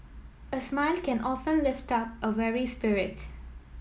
a smile can often lift up a weary spirit